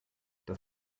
das